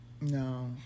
No